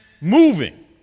moving